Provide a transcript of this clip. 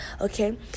Okay